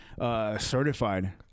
certified